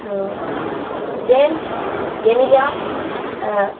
James Jemilia